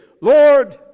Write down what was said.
Lord